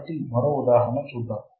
కాబట్టి మరో ఉదాహరణ చూద్దాం